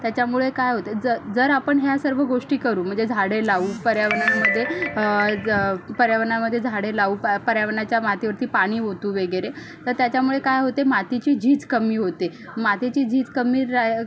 त्याच्यामुळे काय होते जर जर आपण ह्या सर्व गोष्टी करू म्हणजे झाडे पर्यावरणामध्ये पर्यावरणामध्ये झाडे लावू प पर्यावरणाच्या मातीवरती पाणी ओतू वगैरे तर त्याच्यामुळे काय होते मातीची झीज कमी होते मातीची झीज कमी राय